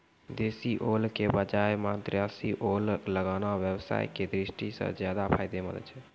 देशी ओल के बजाय मद्रासी ओल लगाना व्यवसाय के दृष्टि सॅ ज्चादा फायदेमंद छै